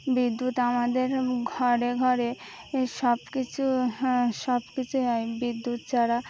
বিদ্যুৎ আমাদের ঘরে ঘরে সব কিছু হ্যাঁ সব কিছুই হয় বিদ্যুৎ ছাড়া